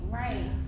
right